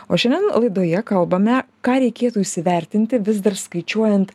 o šiandien laidoje kalbame ką reikėtų įsivertinti vis dar skaičiuojant